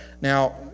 Now